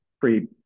free